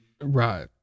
Right